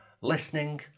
listening